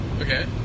Okay